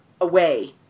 away